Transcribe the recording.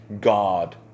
God